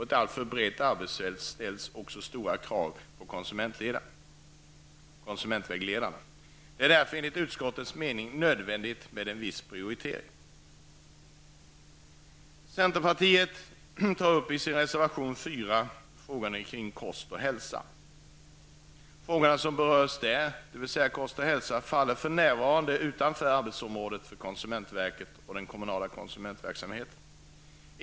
Ett alltför brett arbetsfält ställer också stora krav på konsumentvägledarna. Det är därför enligt utskottets mening nödvändigt med en vissa prioriteringar. I reservation 4 tar centerpartiet upp frågor kring kost och hälsa. De frågor som berörs i reservationen faller för närvarande utanför konsumentverkets och den lokala konsumentverksamhetens arbetsområde.